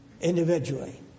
individually